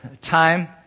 time